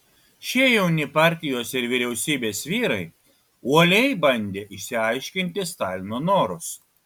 šie jauni partijos ir vyriausybės vyrai uoliai bandė išsiaiškinti stalino norus